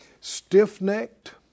stiff-necked